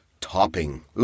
topping